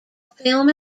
film